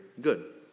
good